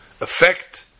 affect